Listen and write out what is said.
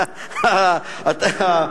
התמ"ת.